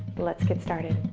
let's get started.